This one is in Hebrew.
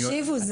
תקשיבו,